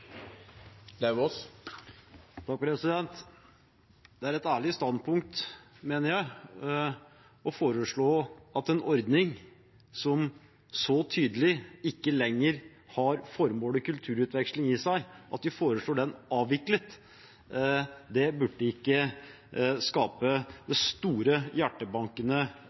Det er et ærlig standpunkt, mener jeg, at vi foreslår at en ordning som så tydelig ikke lenger har kulturutveksling som formål, avvikles. Det burde ikke skape det store,